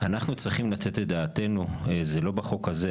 אנחנו צריכים לתת את דעתנו זה לא בחוק הזה,